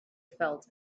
felt